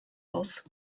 aus